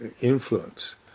influence